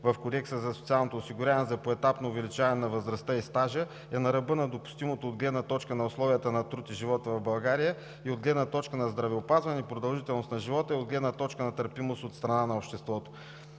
в Кодекса за социалното осигуряване за поетапно увеличаване на възрастта и стажа, са на ръба на допустимото от гледна точка на условията на труд и живот в България и от гледна точка на здравеопазване и продължителност на живота, и от гледна точка на търпимост от страна на обществото.